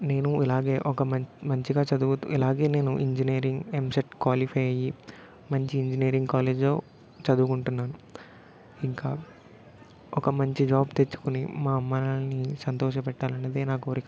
నేను ఇలాగే ఒక మంచ మంచిగా చదువుతూ ఇలాగే నేను ఇంజనీరింగ్ ఎంసెట్ క్వాలిఫై అయ్యి మంచి ఇంజనీరింగ్ కాలేజ్లో చదువుకుంటున్నాను ఇంకా ఒక మంచి జాబ్ తెచ్చుకుని మా అమ్మ నాన్నల్ని సంతోష పెట్టాలన్నదే నా కోరిక